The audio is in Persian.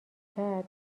کرد